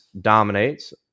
dominates